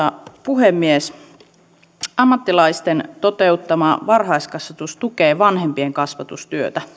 puhemies ammattilaisten toteuttama varhaiskasvatus tukee vanhempien kasvatustyötä